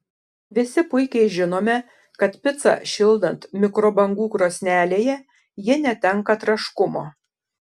visi puikiai žinome kad picą šildant mikrobangų krosnelėje ji netenka traškumo